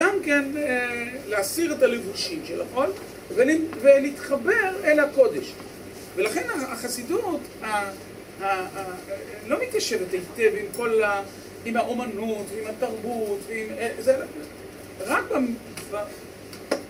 ‫גם כן להסיר את הלבושים של הכול, ‫ולהתחבר אל הקודש. ‫ולכן החסידות לא מתיישבת ‫היטיב עם כל... עם האומנות, ועם התרבות.